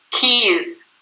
keys